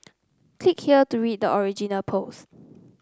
click here to read the original post